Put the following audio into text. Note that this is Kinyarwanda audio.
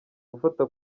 gufata